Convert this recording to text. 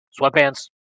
sweatpants